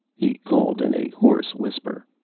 he called in a hoarse whisper.